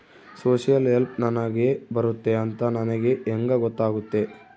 Social help ನನಗೆ ಬರುತ್ತೆ ಅಂತ ನನಗೆ ಹೆಂಗ ಗೊತ್ತಾಗುತ್ತೆ?